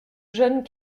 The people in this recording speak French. jeunes